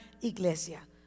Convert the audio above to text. iglesia